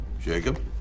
Jacob